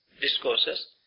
discourses